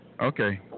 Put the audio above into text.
Okay